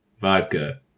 vodka